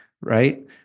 right